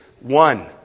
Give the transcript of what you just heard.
one